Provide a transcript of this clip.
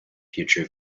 future